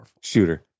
Shooter